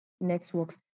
networks